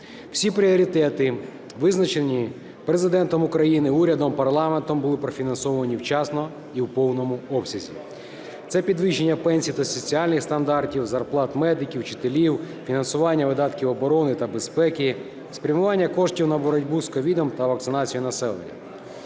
Всі пріоритети, визначені Президентом України, урядом, парламентом, були профінансовані вчасно і в повному обсязі. Це підвищення пенсій та соціальних стандартів, зарплат медиків, вчителів, фінансування видатків оборони та безпеки, спрямування коштів на боротьбу з COVID та вакцинацію населення.